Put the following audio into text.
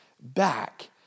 back